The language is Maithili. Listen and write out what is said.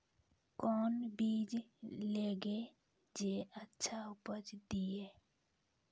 कोंन बीज लगैय जे अच्छा उपज दिये?